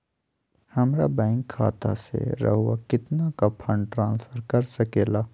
हमरा बैंक खाता से रहुआ कितना का फंड ट्रांसफर कर सके ला?